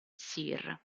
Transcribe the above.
sir